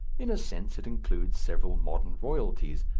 in a sense it includes several modern royalties,